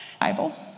Bible